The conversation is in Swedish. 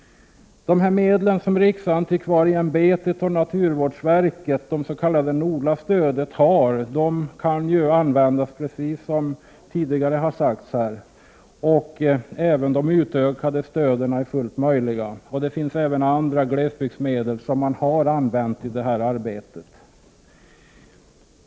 Riksantikvarieämbetets och naturvårdsverkets medel, det s.k. NOLA stödet, kan ju användas, vilket redan tidigare har sagts här i debatten. Även de utökade stödformerna är möjliga att använda. Det finns även andra glesbygdsmedel som har använts i detta arbete.